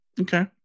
Okay